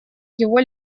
его